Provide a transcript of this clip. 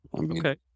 Okay